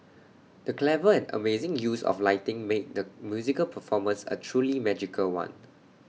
the clever and amazing use of lighting made the musical performance A truly magical one